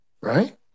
Right